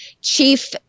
chief